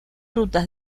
rutas